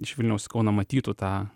iš vilniaus į kauną matytų tą